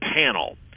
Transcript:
panel